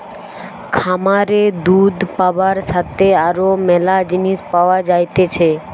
খামারে দুধ পাবার সাথে আরো ম্যালা জিনিস পাওয়া যাইতেছে